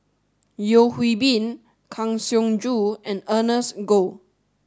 Yeo Hwee Bin Kang Siong Joo and Ernest Goh